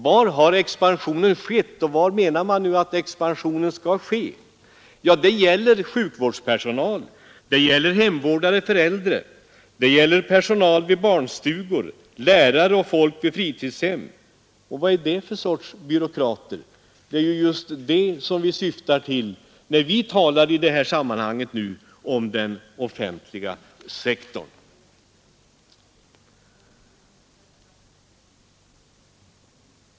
Var har expansionen skett, och var menar man att den skall ske? Det gäller sjukvårdspersonal, hemvårdare för äldre, personal vid barnstugor, lärare och annat folk vid fritidshem. Vad är det för sorts byråkrater? Det är just dessa områden vi syftar till när vi i det här sammanhanget talar om den offentliga sektorn.